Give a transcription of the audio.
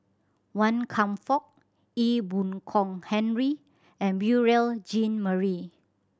Wan Kam Fook Ee Boon Kong Henry and Beurel Jean Marie